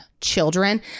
children